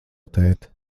tēt